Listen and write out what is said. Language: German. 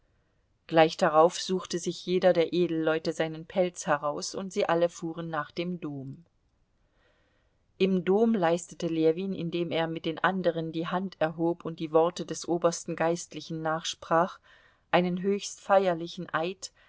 gleich darauf suchte sich jeder der edelleute seinen pelz heraus und sie alle fuhren nach dem dom im dom leistete ljewin indem er mit den anderen die hand erhob und die worte des obersten geistlichen nachsprach einen höchst feierlichen eid